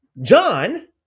John